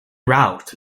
route